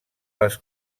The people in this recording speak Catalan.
les